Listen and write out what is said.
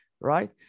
right